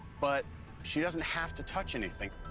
but she doesn't have to touch anything.